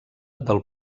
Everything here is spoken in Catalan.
del